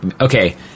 okay